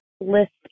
list